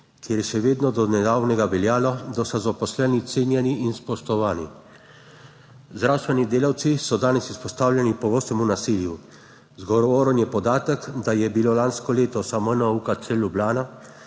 je še vedno do nedavnega veljalo, da so zaposleni cenjeni in spoštovani. Zdravstveni delavci so danes izpostavljeni pogostemu nasilju. Zgovoren je podatek, da je bilo lansko leto samo na UKC Ljubljana